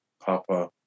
Papa